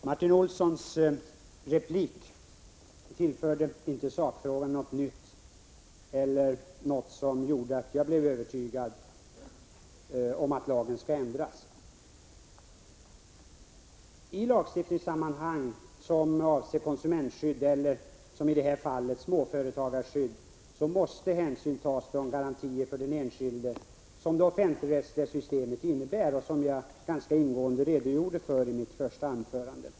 Herr talman! Martin Olssons replik tillförde inte sakfrågan något nytt eller något som gjorde att jag blev övertygad om att lagen skall ändras. I lagstiftningssammanhang som avser konsumentskydd eller, som i detta fall, småföretagarskydd måste hänsyn tas till de garantier för den enskilde som det offentligrättsliga systemet innebär och som jag ganska ingående redogjorde för i mitt första anförande.